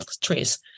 trees